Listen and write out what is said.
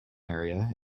area